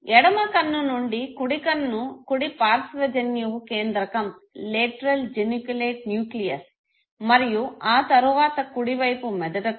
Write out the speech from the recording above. ఎడమ కన్ను నుండి కుడి కన్ను కుడి పార్శ్వ జన్యువు కేంద్రకం మరియు ఆ తరువాత కుడి వైపు మెదడుకు